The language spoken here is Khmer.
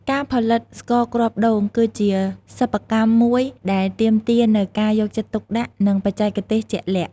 ការផលិតស្ករគ្រាប់ដូង គឺជាសិប្បកម្មមួយដែលទាមទារនូវការយកចិត្តទុកដាក់ និងបច្ចេកទេសជាក់លាក់។